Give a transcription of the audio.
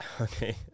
Okay